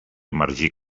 emergir